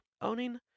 owning